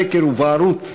שקר ובערות,